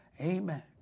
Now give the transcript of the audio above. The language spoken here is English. Amen